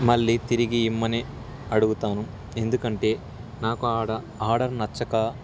మళ్ళీ తిరిగి ఇమ్మని అడుగుతాను ఎందుకంటే నాకు ఆడ ఆర్డర్ నచ్చక